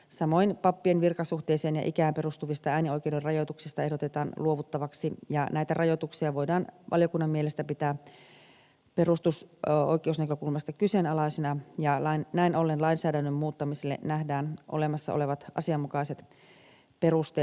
samoin pappien virkasuhteeseen ja ikään perustuvista äänioikeuden rajoituksista ehdotetaan luovuttavaksi ja näitä rajoituksia voidaan valiokunnan mielestä pitää perusoikeusnäkökulmas ta kyseenalaisina ja näin ollen lainsäädännön muuttamiselle nähdään olemassa olevat asianmukaiset perusteet